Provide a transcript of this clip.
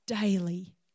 daily